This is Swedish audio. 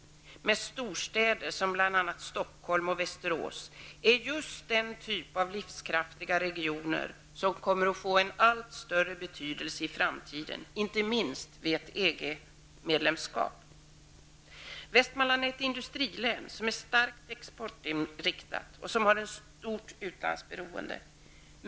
Stockholm och Västerås är ju den typ av livskraftig region som kommer att få en allt större betydelse i framtiden, inte minst vid ett EG-medlemskap. Västmanlands län är ett industrilän som är starkt exportinriktat och har ett stort utlandsberoende.